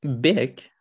big